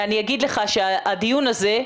אני אגיד לך שהדיון הזה,